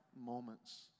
moments